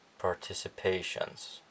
participations